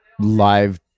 live